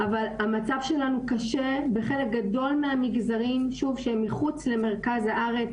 אבל המצב שלנו קשה בחלק גדול מהמגזרים שהם מחוץ למרכז הארץ.